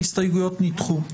הצבעה ההסתייגויות לא התקבלו.